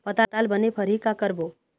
पताल बने फरही का करबो?